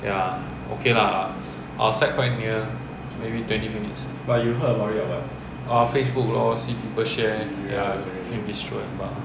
ya okay lah our side quite near maybe twenty minutes facebook lor see people share destroyed lah